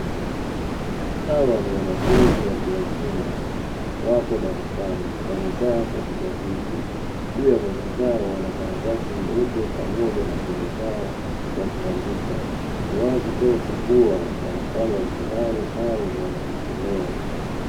Hawa ni wanafunzi watu wazima wapo darasani wamekaa katika viti, juu ya meza zao wana karatasi nyeupe pamoja na peni zao wakiandika, ni wazi tosha kuwa wanafanya mtihani au wanajisomea.